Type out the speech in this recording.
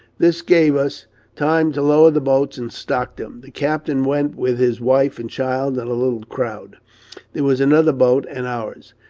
this gave us time to lower the boats, and stock them. the captain went with his wife and child, and a little crowd there was another boat and ours.